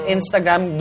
Instagram